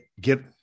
get